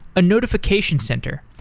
a notification center,